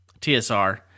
TSR